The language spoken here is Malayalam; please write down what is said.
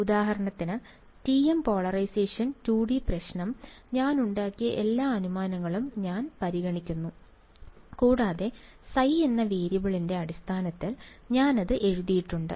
ഉദാഹരണത്തിന് ടി എം പോളറൈസേഷൻ 2 D പ്രശ്നം ഞാൻ ഉണ്ടാക്കിയ എല്ലാ അനുമാനങ്ങളും ഞാൻ പരിഗണിച്ചിരുന്നു കൂടാതെ ϕ എന്ന വേരിയബിളിന്റെ അടിസ്ഥാനത്തിൽ ഞാൻ അത് എഴുതിയിട്ടുണ്ട്